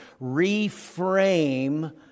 reframe